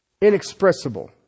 Inexpressible